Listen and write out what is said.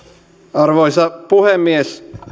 arvoisa puhemies